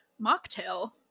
mocktail